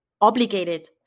obligated